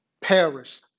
Paris